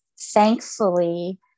thankfully